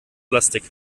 plastik